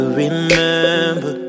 remember